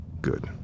Good